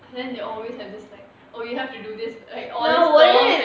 then they always have this like oh you have to do this like